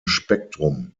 spektrum